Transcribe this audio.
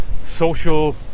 social